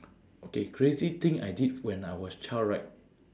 okay crazy thing I did when I was child right